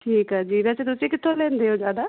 ਠੀਕ ਹੈ ਜੀ ਵੈਸੇ ਤੁਸੀਂ ਕਿੱਥੋਂ ਲੈਂਦੇ ਹੋ ਜ਼ਿਆਦਾ